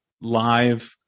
live